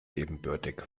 ebenbürtig